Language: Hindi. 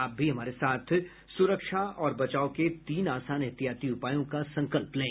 आप भी हमारे साथ सुरक्षा और बचाव के तीन आसान एहतियाती उपायों का संकल्प लें